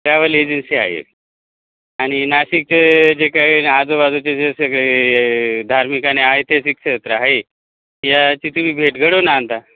travel agency आहे आणि नाशिकचे जे काही आजूबाजूचे जे सगळे हे धार्मिक आणि ऐतिहासिक क्षेत्र आहे याची तुम्ही भेट घडवून आणता